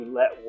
let